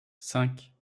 cinq